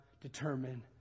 determine